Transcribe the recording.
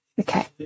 Okay